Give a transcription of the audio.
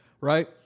right